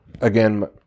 again